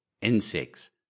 Insects